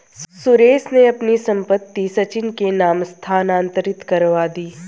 सुरेश ने अपनी संपत्ति सचिन के नाम स्थानांतरित करवा दी